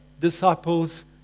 disciples